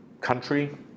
country